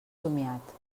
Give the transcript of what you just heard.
somiat